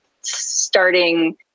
starting